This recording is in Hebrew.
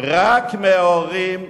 אלא רק מההורים,